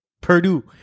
Purdue